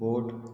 boat